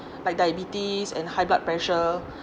like diabetes and high blood pressure